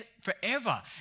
forever